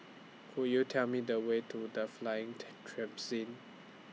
Could YOU Tell Me The Way to The Flying